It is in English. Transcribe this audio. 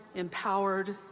empowered.